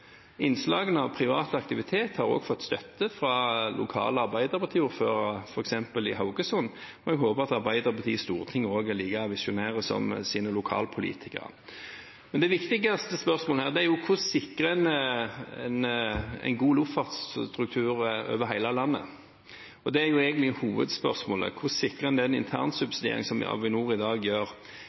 Innslagene av privat aktivitet har også fått støtte fra lokale Arbeiderparti-ordførere, f.eks. i Haugesund. Jeg håper at Arbeiderpartiet i Stortinget er like visjonære som sine lokalpolitikere. Det viktigste spørsmålet er hvordan en sikrer en god luftfartsstruktur over hele landet. Det er egentlig hovedspørsmålet. Hvordan sikrer en den interne subsidieringen som Avinor i dag gjør?